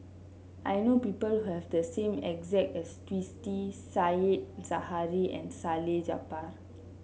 I know people who have the same exact as Twisstii Said Zahari and Salleh Japar